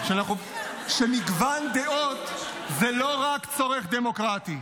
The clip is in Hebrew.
חייבים לזכור שמגוון דעות זה לא רק צורך דמוקרטי,